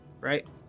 right